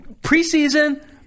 preseason –